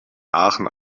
aachen